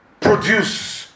produce